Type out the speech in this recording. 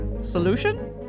Solution